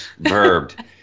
verbed